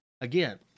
again